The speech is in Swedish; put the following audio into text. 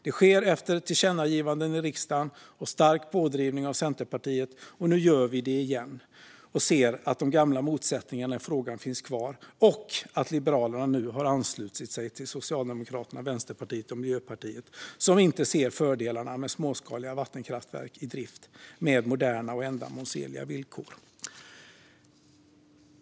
Det sker efter tillkännagivanden i riksdagen och under starkt pådrivande av Centerpartiet. Nu gör vi det igen. Vi ser att de gamla motsättningarna i frågan finns kvar och att Liberalerna nu har anslutit sig till Socialdemokraterna, Vänsterpartiet och Miljöpartiet, som inte ser fördelarna med småskaliga vattenkraftverk i drift, med moderna och ändamålsenliga villkor.